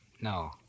No